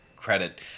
credit